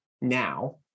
now